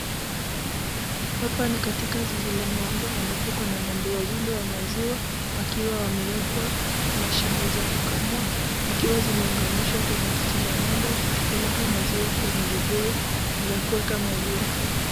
Hapa ni katika zizi la ng'ombe, ambapo kuna ng'ombe wawili wa maziwa, wakiwa wamewekwa mashine za kukamua, zikiwa zimeunganisha kwenye titi la ng'ombe, zikipeleka maziwa kwenye vibuyu za kuweka maziwa.